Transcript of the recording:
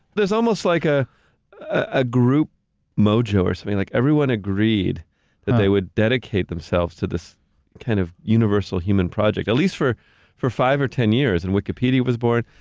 there's almost like a a group mojo or something. like everyone agreed that they would dedicate themselves to this kind of universal human project, at least for for five and ten years, and wikipedia was born,